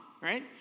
right